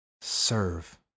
Serve